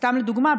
סתם לדוגמה,